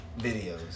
videos